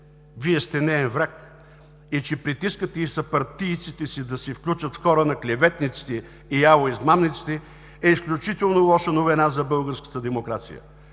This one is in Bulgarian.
Вие сте неин враг и, че притискате и съпартийците си да се включат в хора на клеветниците и ало измамниците, е изключително лоша новина за българската демокрация,